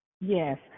Yes